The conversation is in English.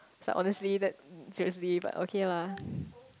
it's like honestly that seriously but okay lah